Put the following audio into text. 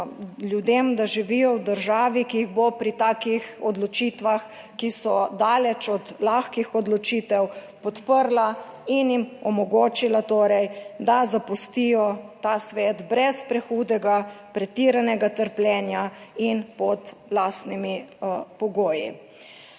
ljudem, da živijo v državi, ki jih bo pri takih odločitvah, ki so daleč od lahkih odločitev podprla in jim omogočila torej, da zapustijo ta svet brez prehudega pretiranega trpljenja in pod lastnimi pogoji.